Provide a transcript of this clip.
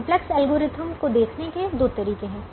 simplex algorithm को देखने के दो तरीके हैं